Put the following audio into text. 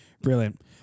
Brilliant